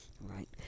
Right